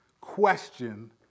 question